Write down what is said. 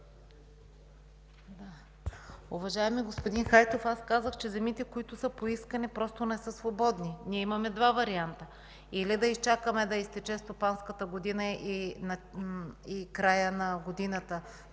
Уважаеми господин Хайтов, аз казах, че земите, които са поискани, просто не са свободни. Ние имаме два варианта – да изчакаме да изтече стопанската година и в края на годината